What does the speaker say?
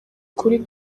ukuri